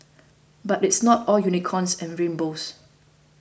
but it's not all unicorns and rainbows